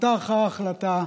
החלטה אחר החלטה,